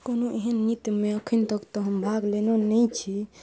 कोनो एहन नृत्यमे अखन तक तऽ हम भाग लेलहुॅं नहि छी